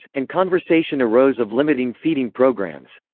and conversation arose of limiting feeding programs.